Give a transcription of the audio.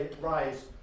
rise